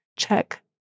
check